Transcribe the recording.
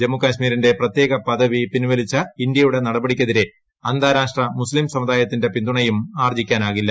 ജമ്മു കാശ്മിരിന്റെ പ്രത്യേക പദവി പിൻവലിച്ച ഇന്ത്യയുടെ നടപടിക്കെതിരെഅന്താരാഷ്ട്ര മുസ്തിംസമുദായത്തിന്റെ പിന്തുണയുംആർജ്ജിക്കാനാകില്ല